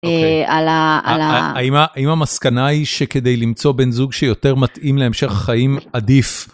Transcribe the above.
אוקיי, האם המסקנה היא שכדי למצוא בן זוג שיותר מתאים להמשך החיים עדיף...